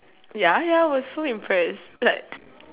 ya ya I was so impressed like